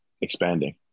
expanding